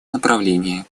направлении